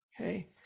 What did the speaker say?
Okay